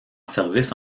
service